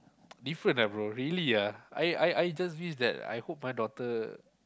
different ah bro really ah I I I just wish that I hope my daughter